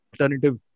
alternative